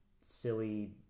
silly